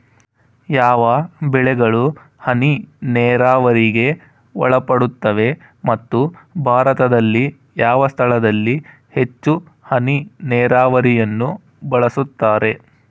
ಯಾವ ಬೆಳೆಗಳು ಹನಿ ನೇರಾವರಿಗೆ ಒಳಪಡುತ್ತವೆ ಮತ್ತು ಭಾರತದಲ್ಲಿ ಯಾವ ಸ್ಥಳದಲ್ಲಿ ಹೆಚ್ಚು ಹನಿ ನೇರಾವರಿಯನ್ನು ಬಳಸುತ್ತಾರೆ?